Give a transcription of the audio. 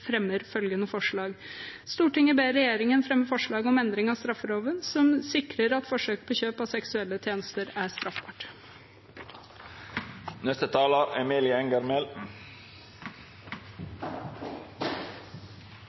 fremmer følgende forslag: «Stortinget ber regjeringen fremme forslag om endring av straffeloven som sikrer at forsøk på kjøp av seksuelle tjenester er straffbart.»